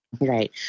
Right